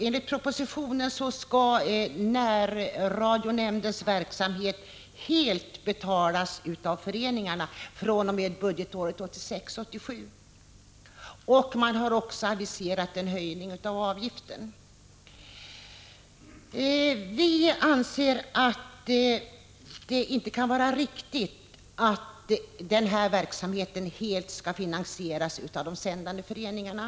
Enligt propositionen skall ju närradionämndens verksamhet helt bekostas av föreningarna fr.o.m. budgetåret 1986/87, och även en höjning av avgiften har aviserats. Vi anser att det inte kan vara riktigt att den här verksamheten helt skall finansieras av de sändande föreningarna.